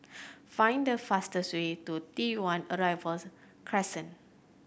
find the fastest way to T One Arrivals Crescent